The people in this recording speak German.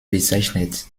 bezeichnet